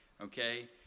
Okay